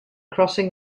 crossing